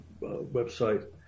website